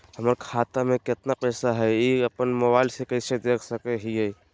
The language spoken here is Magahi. हमर खाता में केतना पैसा हई, ई अपन मोबाईल में कैसे देख सके हियई?